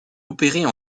opérer